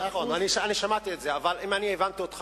שמעתי את זה,